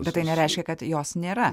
bet tai nereiškia kad jos nėra